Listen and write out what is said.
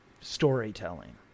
storytelling